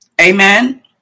Amen